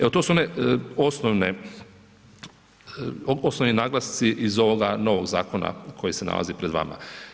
Evo to su one osnovne, osnovni naglasci iz ovoga novog zakona koji se nalazi pred vama.